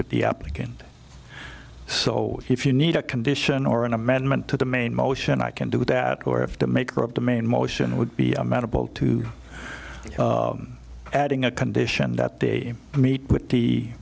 with the applicant so if you need a condition or an amendment to the main motion i can do that or if the maker of the main motion would be amenable to adding a condition that they meet with the